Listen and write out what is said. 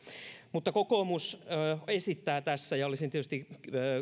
mutta kokoomus esittää tässä ja olisin tietysti